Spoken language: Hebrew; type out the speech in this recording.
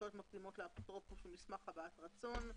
הנחיות מקדימות לאפוטרופוס ומסמך הבעת רצון.